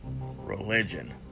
religion